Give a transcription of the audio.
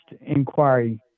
inquiry